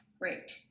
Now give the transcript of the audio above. great